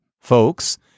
folks